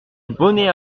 bonnets